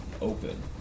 open